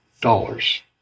dollars